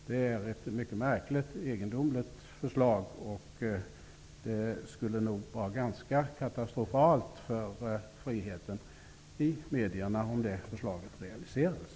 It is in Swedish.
Det är ett mycket märkligt och egendomligt förslag, och det skulle nog vara ganska katastrofalt för friheten i medierna om det förslaget realiserades.